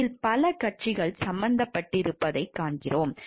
இதில் பல கட்சிகள் சம்பந்தப்பட்டிருப்பதைக் காண்கிறோம்